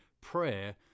prayer